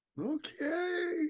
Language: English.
Okay